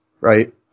right